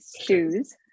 shoes